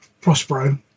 Prospero